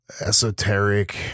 esoteric